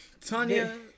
Tanya